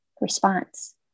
response